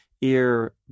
ear